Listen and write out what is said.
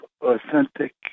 authentic